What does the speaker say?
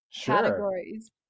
categories